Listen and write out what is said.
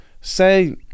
Say